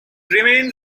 remains